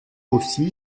aussi